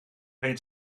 ben